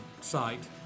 site